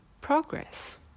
progress